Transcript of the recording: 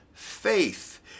faith